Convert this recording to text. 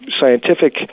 scientific